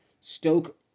Stoke